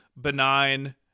benign